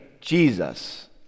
Jesus